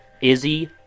Izzy